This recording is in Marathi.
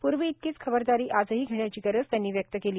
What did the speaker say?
पूर्वीइतकीच खबरदारी आजही घेण्याची गरज त्यांनी व्यक्त केली